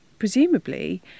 presumably